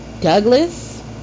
Douglas